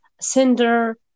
Cinder